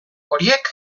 horiek